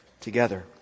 together